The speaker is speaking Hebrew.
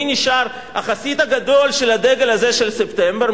מי נשאר החסיד הגדול של הדגל הזה של ספטמבר?